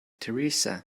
teresa